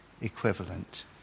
equivalent